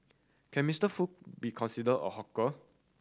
can Mister Foo be considered a hawker